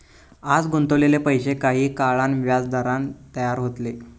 आज गुंतवलेले पैशे काही काळान व्याजदरान तयार होतले